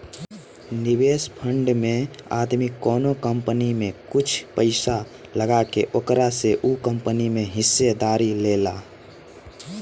निवेश फंड में आदमी कवनो कंपनी में कुछ पइसा लगा के ओकरा से उ कंपनी में हिस्सेदारी लेला